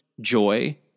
joy